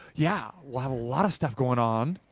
yeah. we'll have a lot of stuff going on.